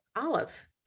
olive